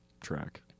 track